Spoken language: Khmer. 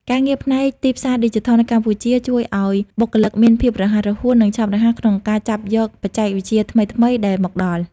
ការងារផ្នែកទីផ្សារឌីជីថលនៅកម្ពុជាជួយឱ្យបុគ្គលិកមានភាពរហ័សរហួន និងឆាប់រហ័សក្នុងការចាប់យកបច្ចេកវិទ្យាថ្មីៗដែលមកដល់។